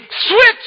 switch